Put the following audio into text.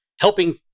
helping